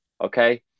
Okay